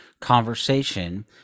conversation